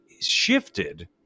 shifted